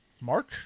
March